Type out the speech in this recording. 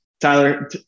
Tyler